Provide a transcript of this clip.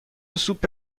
سوپ